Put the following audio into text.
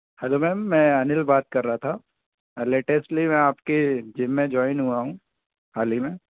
hello ma'am मैं अनिल बात कर रहा था लेटेस्टली मैं आपके जिम में जॉइन हुआ हूँ हाल ही में